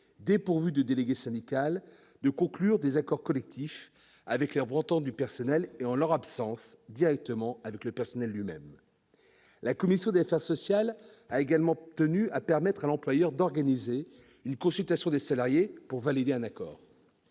dépourvues de délégué syndical, de conclure des accords collectifs directement avec les représentants du personnel ou, en leur absence, avec le personnel ». La commission des affaires sociales a également tenu à permettre à l'employeur d'organiser une consultation des salariés pour valider un accord.